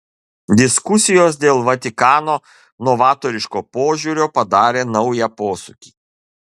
diskusijos dėl vatikano novatoriško požiūrio padarė naują posūkį